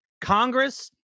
Congress